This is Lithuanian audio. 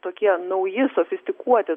tokie nauji sofistikuoti